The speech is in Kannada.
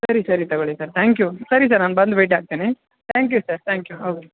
ಸರಿ ಸರಿ ತೊಗೊಳಿ ಸರ್ ತ್ಯಾಂಕ್ ಯು ಸರಿ ಸರ್ ನಾನು ಬಂದು ಭೇಟಿ ಆಗ್ತೇನೆ thank you sir thank you okay